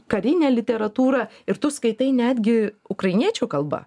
karinę literatūrą ir tu skaitai netgi ukrainiečių kalba